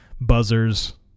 buzzers